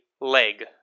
leg